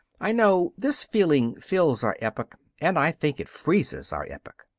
i know this feeling fills our epoch, and i think it freezes our epoch.